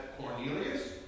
Cornelius